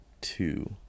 two